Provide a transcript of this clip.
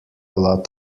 lot